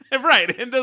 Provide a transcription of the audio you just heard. Right